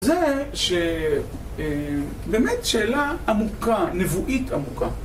זה שבאמת שאלה עמוקה, נבואית עמוקה.